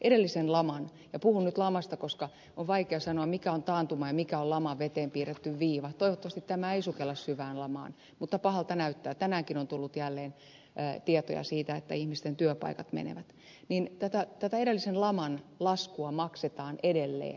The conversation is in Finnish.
edellisen laman ja puhun nyt lamasta koska on vaikea sanoa mikä on taantuma ja mikä on lama se on veteen piirretty viiva toivottavasti ei sukelleta syvään lamaan mutta pahalta näyttää tänäänkin on tullut jälleen tietoja siitä että ihmisten työpaikat menevät edellisen laman laskua maksetaan edelleen